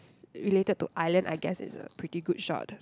related to Island I guess it's a pretty good shot